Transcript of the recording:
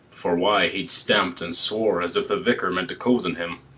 for why, he stamp'd and swore as if the vicar meant to cozen him.